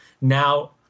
now